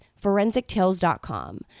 forensictales.com